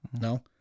no